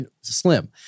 slim